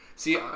See